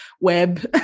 web